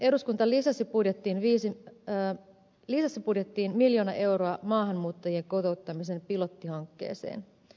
eduskunta lisäsi budjettiin miljoona euroa maahanmuuttajien kotouttamisen pilottihankkeeseen